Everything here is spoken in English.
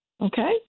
okay